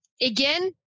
Again